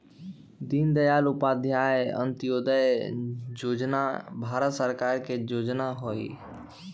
दीनदयाल उपाध्याय अंत्योदय जोजना भारत सरकार के जोजना हइ